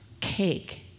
cake